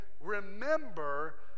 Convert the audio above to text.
remember